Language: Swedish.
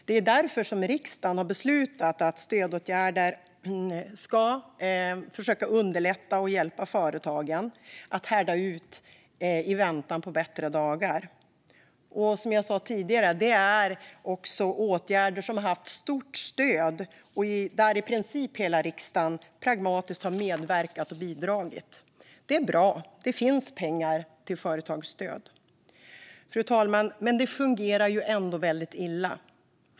Det är därför riksdagen beslutat om stödåtgärder som ska underlätta och hjälpa företagen att härda ut i väntan på bättre tider. Som jag sa tidigare har i princip hela riksdagen pragmatiskt medverkat och bidragit till dessa stöd. Det är bra. Det finns pengar till företagsstöd. Fru talman! Ändå fungerar det väldigt illa.